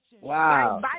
Wow